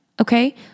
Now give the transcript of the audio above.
Okay